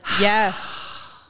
yes